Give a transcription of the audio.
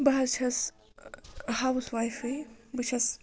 بہٕ حظ چھَس ہاوُس وایفٕے بہٕ چھَس